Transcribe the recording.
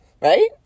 Right